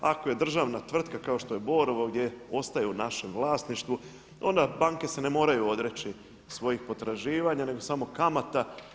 Ako je državna tvrtka kao što je Borovo gdje ostaje u našem vlasništvu onda banke se ne moraju odreći svojih potraživanja nego samo kamata.